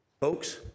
Folks